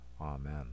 Amen